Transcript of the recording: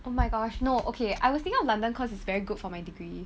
oh my gosh no okay I was thinking of london cause it's very good for my degree